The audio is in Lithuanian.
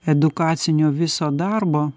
edukacinio viso darbo